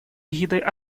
эгидой